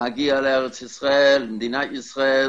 מגיע לארץ ישראל, מדינת ישראל